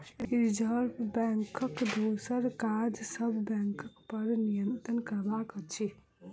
reserve बैंकक दोसर काज सब बैंकपर नियंत्रण करब अछि